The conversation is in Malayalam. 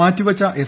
മാറ്റിവച്ച എസ്